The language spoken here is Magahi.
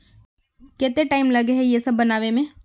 केते टाइम लगे है ये सब बनावे में?